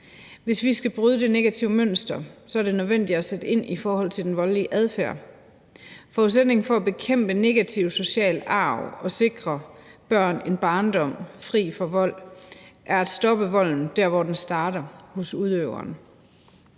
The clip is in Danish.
Hvis vi skal bryde det negative mønster, er det nødvendigt at sætte ind i forhold til den voldelige adfærd. Forudsætningen for at bekæmpe negativ social arv og sikre børn en barndom fri for vold er at stoppe volden der, hvor den starter – hos udøveren.